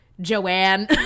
joanne